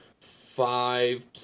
five